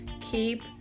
keep